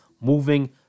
moving